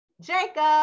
Jacob